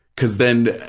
because then,